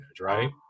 right